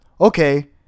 Okay